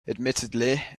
admittedly